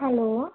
hello